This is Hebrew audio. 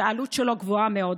שהעלות שלו גבוהה מאוד.